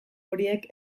horiek